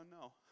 no